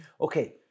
Okay